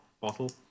bottle